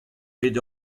bet